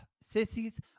Sissies